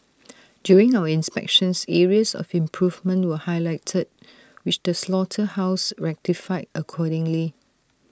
during our inspections areas of improvement were highlighted which the slaughterhouse rectified accordingly